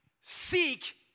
seek